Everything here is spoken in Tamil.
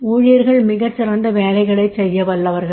ஊழியர்கள் மிகச் சிறந்த வேலைகளைச் செய்ய வல்லவர்கள்